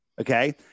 Okay